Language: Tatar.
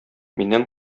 миннән